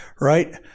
right